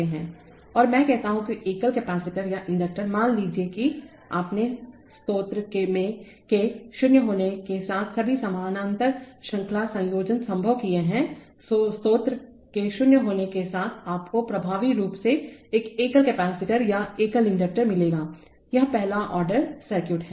और मैं कहता हूं कि एकल कपैसिटर या इंडक्टरमान लीजिए कि आपने स्रोत के शून्य होने के साथ सभी समानांतर श्रृंखला संयोजन संभव किए हैं स्रोत के शून्य होने के साथ आपको प्रभावी रूप से एक एकल कपैसिटर या एकल इंडक्टर मिलेगा यह पहला ऑर्डर सर्किट है